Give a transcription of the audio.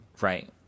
right